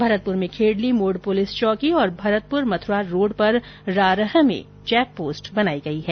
भरतपुर में खेड़ली मोड़ पुलिस चौकी और भरतपुर मथुरा रोड़ पर रारह में चैक पोस्ट बनायी गयी है